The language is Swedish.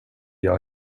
jag